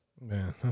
Man